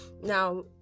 Now